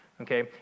Okay